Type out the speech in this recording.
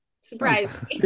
Surprise